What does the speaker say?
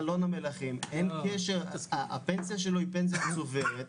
הפנסיה שלו היא צוברת,